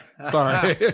sorry